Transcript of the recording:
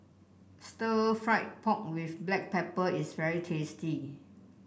stir fry pork with Black Pepper is very tasty